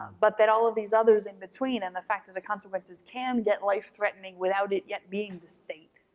but that all of these others in between and the fact that the consequences can get life-threatening without it yet being the state,